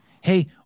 hey